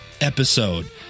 episode